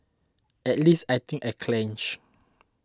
at least I think I clenched